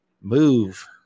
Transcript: move